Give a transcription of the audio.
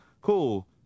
cool